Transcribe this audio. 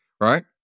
right